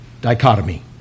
dichotomy